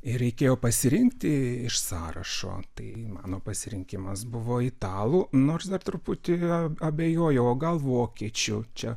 ir reikėjo pasirinkti iš sąrašo tai mano pasirinkimas buvo italų nors dar truputį abejojau o gal vokiečių čia